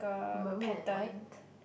maroon and white